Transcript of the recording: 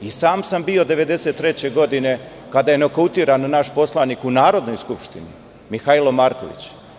I sam sam bio 1993. godine kada je nokautiran naš poslanik u Narodnoj skupštini, Mihajlo Marković.